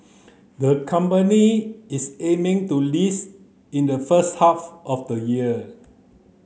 the company is aiming to list in the first half of the year